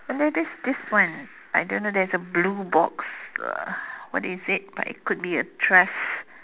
and there is this this one I don't know there is a blue box uh what is it but it could be a trash